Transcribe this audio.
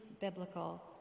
biblical